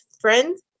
friends